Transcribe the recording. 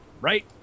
Right